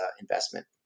investment